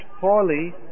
poorly